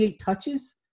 touches